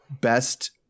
best